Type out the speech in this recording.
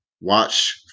Watch